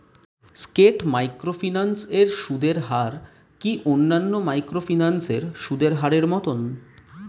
স্কেট microfinance এর সুদের হার কি অন্যান্য মাইক্রোফিন্যান্স এর সুদের হারের মতন?